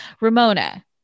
Ramona